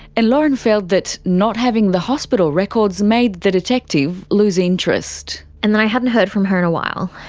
and lauren felt that not having the hospital records made the detective lose interest. and then i hadn't heard from her in a while,